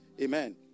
amen